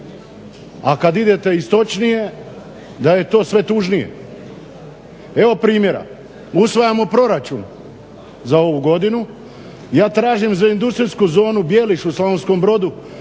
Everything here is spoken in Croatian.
A kad idete istočnije da je to sve tužnije. Evo primjera, usvajamo proračun za ovu godinu, ja tražim za industrijsku zonu Bjeliš u Slavonskom brodu